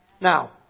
Now